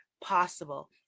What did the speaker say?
possible